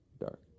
Dark